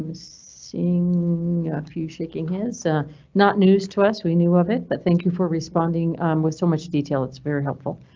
seeing your few shaking hands, so not news to us. we knew of it, but thank you for responding with so much detail. it's very helpful.